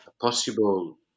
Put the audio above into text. possible